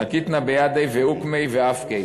נקטיה בידיה ואוקמיה ואפקיה,